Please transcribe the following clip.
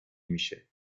میشه